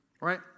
right